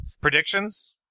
Predictions